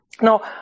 No